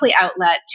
outlet